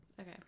okay